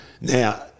Now